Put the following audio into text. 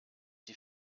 die